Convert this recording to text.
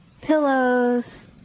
pillows